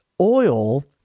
oil